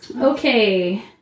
Okay